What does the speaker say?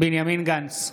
בנימין גנץ,